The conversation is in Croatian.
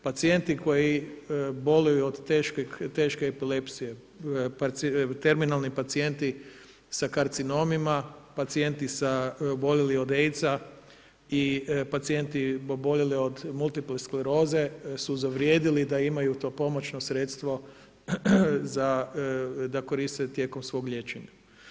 Pacijenti koji boluju od teške epilepsije, terminalni pacijenti sa karcinomima, pacijenti oboljeli od AIDS-a i pacijenti oboljeli od multiple skleroze su zavrijedili da imaju to pomoćno sredstvo da koriste tijekom svog liječenja.